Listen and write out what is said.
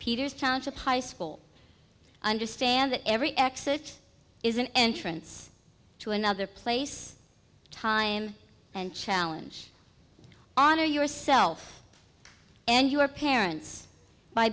peters township high school understand that every exit is an entrance to another place time and challenge honor yourself and your parents by